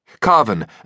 carven